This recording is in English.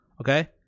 Okay